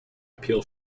appeal